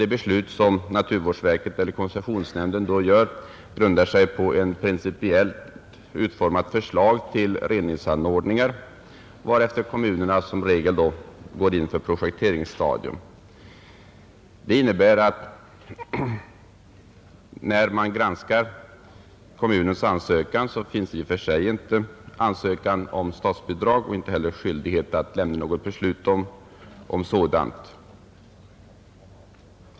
Det beslut som naturvårdsverket eller koncessionsnämnden sedan fattar grundar sig på ett principiellt utformat förslag till reningsanordningar, varefter kommunerna som regel går in på projekteringsstadiet. Detta innebär att när man granskar en kommuns ansökan finns i och för sig inte någon ansökan om statsbidrag och inte heller någon skyldighet att besluta om sådan.